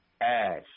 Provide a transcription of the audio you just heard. Ash